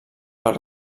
per